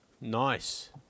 Nice